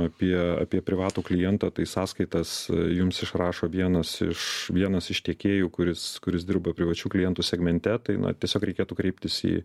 apie apie privatų klientą tai sąskaitas jums išrašo vienas iš vienas iš tiekėjų kuris kuris dirba privačių klientų segmente tai na tiesiog reikėtų kreiptis į